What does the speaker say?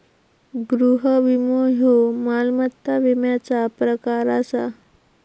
गृह विमो ह्यो मालमत्ता विम्याचा प्रकार आसा